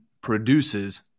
produces